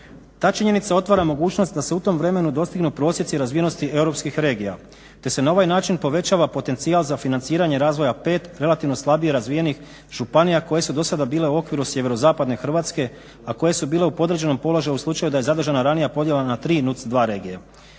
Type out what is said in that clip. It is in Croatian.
Ta činjenica otvara mogućnost da se u tom vremenu dostignu prosjeci razvijenosti europskih regija, te se na ovaj način povećava potencijala za financiranje razvoja 5 relativno slabije razvijenih županija koje su do sada bile u okviru sjeverozapadne Hrvatske, a koje su bile u podređenom položaju u slučaju da je zadržana ranija podjela na 3 NUCS regije.